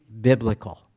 biblical